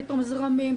פתאום זרמים,